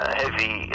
heavy